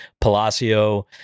Palacio